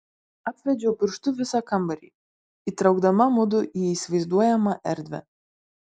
apvedžiau pirštu visą kambarį įtraukdama mudu į įsivaizduojamą erdvę